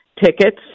Tickets